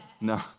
No